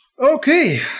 Okay